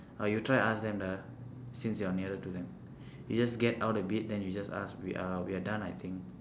uh you try ask them the since you're nearer to them you just get out a bit then you just ask we are we are done I think